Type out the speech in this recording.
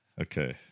Okay